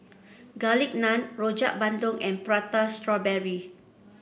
Garlic Naan Rojak Bandung and Prata Strawberry